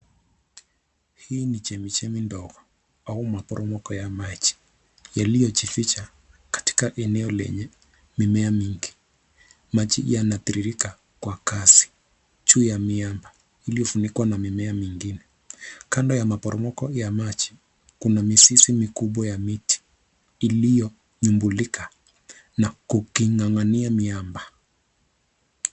Hii ni chemichemi ndogo au maporomoko ya maji yaliyojificha katika eneo lenye mimea mingi. Maji yanatiririka kwa kasi juu ya miamba iliyofunikwa na mimea mingine. Kando ya maporomoko ya maji, kuna mizizi mikubwa ya miti iliyonyumbulika na kuking'ang'ania mwamba.